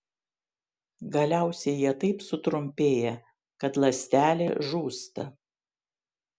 galiausiai jie taip sutrumpėja kad ląstelė žūsta